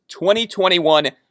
2021